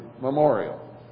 memorial